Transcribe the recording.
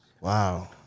Wow